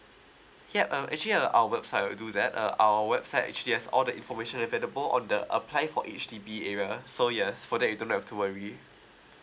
yup uh actually uh our website will do that uh our website actually has all the information available on the apply for H_D_B area so yes for that you don't have to worry